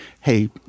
Hey